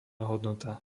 hodnota